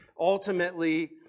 Ultimately